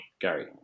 Gary